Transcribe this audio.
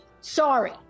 sorry